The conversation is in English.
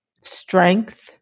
strength